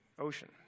ocean